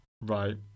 right